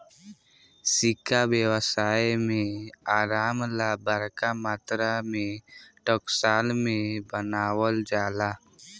सिक्का व्यवसाय में आराम ला बरका मात्रा में टकसाल में बनावल जाला